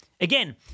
Again